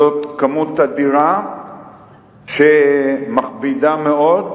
זאת כמות אדירה שמכבידה מאוד,